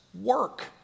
work